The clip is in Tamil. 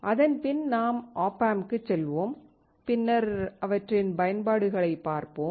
இதன்பின் நாம் op ampக்குச் செல்வோம் பின்னர் அவற்றின் பயன்பாடுகளைப் பார்ப்போம்